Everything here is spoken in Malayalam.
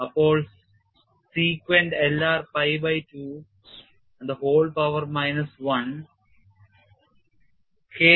അപ്പോൾ secant L r pi by 2 and the whole power minus 1